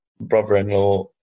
brother-in-law